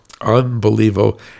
unbelievable